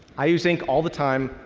i use ink all the time.